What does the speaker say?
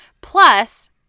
Plus